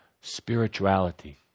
spirituality